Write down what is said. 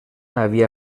havia